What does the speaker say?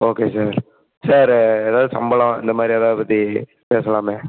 okay sir sir ஏதாவுது சம்பளம் இந்தமாதிரி ஏதாவுது பற்றி பேசலாமே